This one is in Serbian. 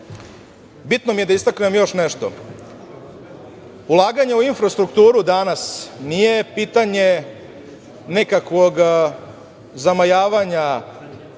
mi je da istaknem još nešto. Ulaganje u infrastrukturu danas nije pitanje nekakvog zamajavanja